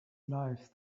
life